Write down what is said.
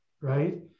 right